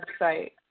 website